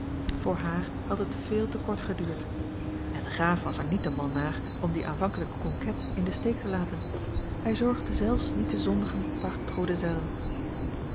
voor haar had het veel te kort geduurd en de graaf was er niet de a l g bosboom-toussaint langs een omweg man naar om die aanvankelijke conquête in den steek te laten hij zorgde zelfs niet te zondigen par trop de zèle